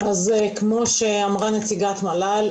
כמו שאמרה נציגת מל"ל,